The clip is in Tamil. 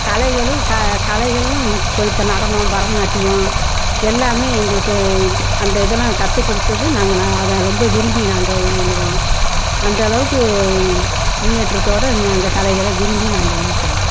கலைகளும் க கலைகளும் சொல்லி த நடனம் பரதநாட்டியம் எல்லாமே எங்களுக்கு அந்த இதெல்லாம் கற்று கொடுத்தது நாங்கள் அதை ரொம்ப விரும்பி நாங்கள் இது பண்ணுவோம் அந்த அளவுக்கு முன்னேற்றத்தோடய நாங்கள் கலைகளை விரும்பி நாங்கள் எல்லாம் செய்வோம்